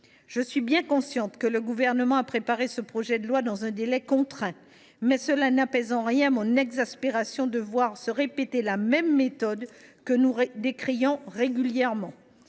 Je suis bien consciente que le Gouvernement a préparé ce projet de loi dans un délai contraint. Mais cela n’apaise en rien mon exaspération de le voir réutiliser la même méthode, que nous décrions régulièrement.